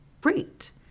great